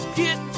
get